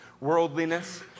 worldliness